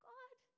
God